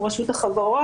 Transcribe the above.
שהוא רשות החברות,